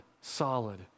solid